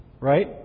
right